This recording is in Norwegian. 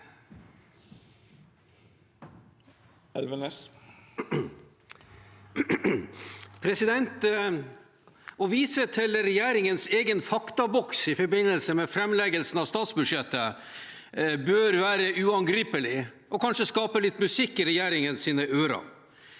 Å vise til regjeringens egen faktaboks i forbindelse med framleggelsen av statsbudsjettet bør være uangripelig og kanskje skape litt musikk i regjeringens ører.